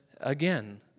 again